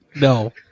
No